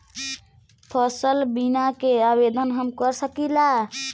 फसल बीमा के आवेदन हम कर सकिला?